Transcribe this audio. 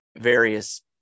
various